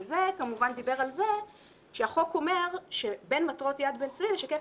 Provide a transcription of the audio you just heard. וזה כמובן דיבר על זה שהחוק אומר שבין מטרות יד בן-צבי: לשקף